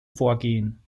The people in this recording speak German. vorgehen